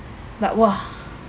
but !wah!